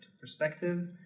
perspective